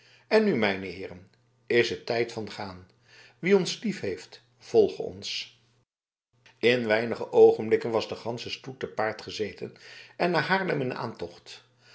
en nu mijne heeren is het tijd van gaan wie ons liefheeft volge ons in weinige oogenblikken was de gansche stoet te paard gezeten en naar haarlem in aantocht